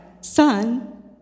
son